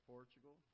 Portugal